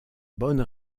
bonne